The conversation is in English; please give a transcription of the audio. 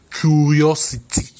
Curiosity